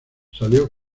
salió